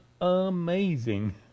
Amazing